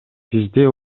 бизде